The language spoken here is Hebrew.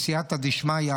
בסייעתא דשמיא,